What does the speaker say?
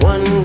One